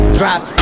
drop